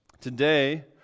Today